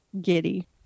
giddy